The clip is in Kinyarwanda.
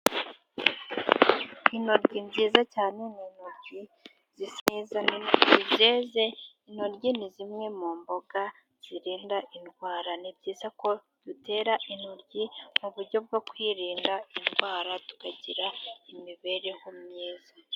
Intoyi nziza cyane ,ni intoryi zisize neza zeze intoryi ni zimwe mu mboga zirinda indwara ,ni byiza ko dutera intoryi mu buryo bwo kwirinda indwara tukagira imibereho myiza.